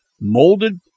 molded